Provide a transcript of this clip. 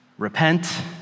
Repent